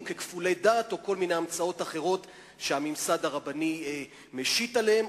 ככפולי דת או כל מיני המצאת אחרות שהממסד הרבני משית עליהם,